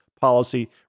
policy